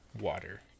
Water